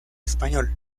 español